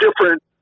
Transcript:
different